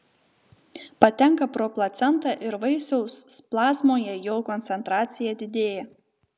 patenka pro placentą ir vaisiaus plazmoje jo koncentracija didėja